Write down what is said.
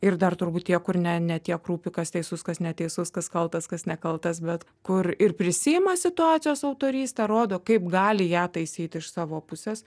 ir dar turbūt tie kur ne ne tiek rūpi kas teisus kas neteisus kas kaltas kas nekaltas bet kur ir prisiima situacijos autorystę rodo kaip gali ją taisyt iš savo pusės